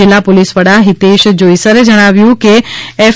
જિલ્લા પોલીસ વડા હિતેશ જોઇસરએ જણાવ્યુ છે કે એફ